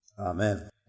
Amen